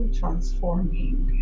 transforming